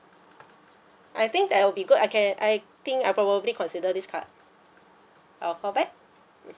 I think that will be good I can I think I'll probably consider this card I'll call back